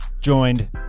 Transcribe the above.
joined